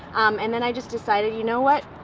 and then i just decided, you know what,